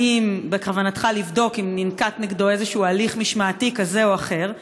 האם בכוונתך לבדוק אם ננקט נגדו איזשהו הליך משמעתי כזה או אחר?